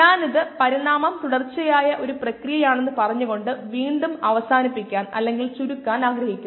1 ആണെന്ന് നമുക്കറിയാം